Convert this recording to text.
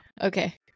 Okay